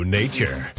nature